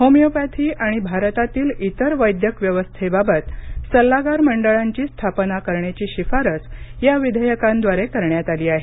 homeopathy आणि भारतातील इतर वैद्यक व्यवस्थेबाबत सल्लागार मंडळांची स्थापना करण्याची शिफारस या विधेयकांद्वारे करण्यात आली आहे